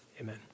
Amen